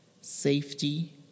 safety